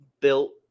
built